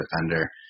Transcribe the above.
defender